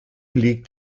legt